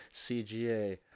CGA